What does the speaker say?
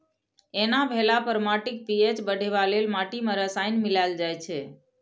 एना भेला पर माटिक पी.एच बढ़ेबा लेल माटि मे रसायन मिलाएल जाइ छै